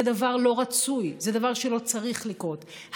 זה דבר לא רצוי, זה דבר שלא צריך לקרות.